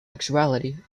actuality